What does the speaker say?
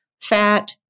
fat